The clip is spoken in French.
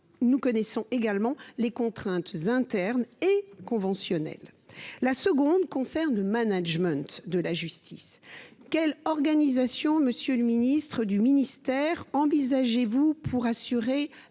nous connaissons également les contraintes internes et conventionnelle, la seconde concerne le management de la justice, quelle organisation, Monsieur le Ministre du ministère envisagez-vous pour assurer